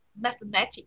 mathematic